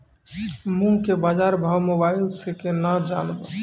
मूंग के बाजार भाव मोबाइल से के ना जान ब?